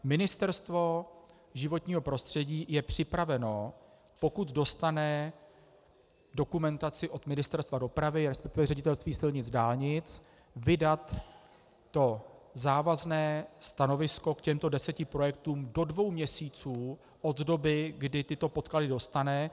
Ministerstvo životního prostředí je připraveno, pokud dostane dokumentaci od Ministerstva dopravy, resp. Ředitelství silnic a dálnic, vydat závazné stanovisko k těmto deseti projektům do dvou měsíců od doby, kdy tyto podklady dostane.